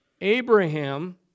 Abraham